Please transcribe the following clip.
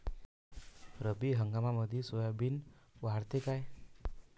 रब्बी हंगामामंदी सोयाबीन वाढते काय?